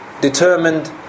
determined